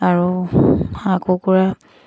আৰু হাঁহ কুকুৰা